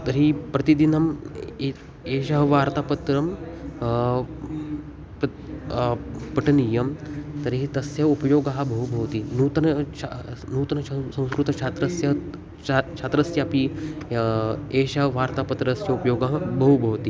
तर्हि प्रतिदिनम् एतत् वार्तापत्रं पठनीयं तर्हि तस्य उपयोगः बहु भवति नूतनः छात्रः नूतनं सः संस्कृतछात्रस्य चा छात्रस्यापि एषः वार्तापत्रस्य उपयोगः बहु भवति